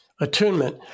attunement